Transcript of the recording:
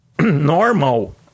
normal